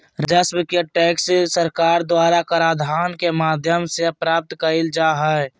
राजस्व के टैक्स सरकार द्वारा कराधान के माध्यम से प्राप्त कइल जा हइ